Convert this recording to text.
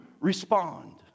respond